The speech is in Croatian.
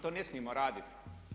To ne smijemo raditi.